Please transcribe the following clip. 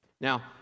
Now